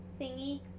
thingy